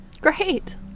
Great